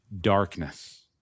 darkness